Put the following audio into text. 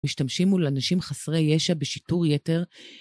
משתמשים מול אנשים חסרי ישע בשיטור יתר.